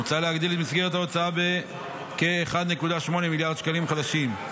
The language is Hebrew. מוצע להגדיל את מסגרת ההוצאה בכ-1.8 מיליארד שקלים חדשים.